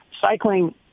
cycling